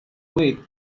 wheat